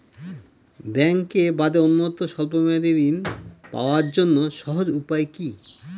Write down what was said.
ব্যাঙ্কে বাদে অন্যত্র স্বল্প মেয়াদি ঋণ পাওয়ার জন্য সহজ উপায় কি?